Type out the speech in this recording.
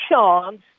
chance